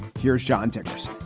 here's john ticker's